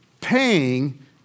paying